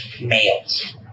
Males